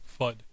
fud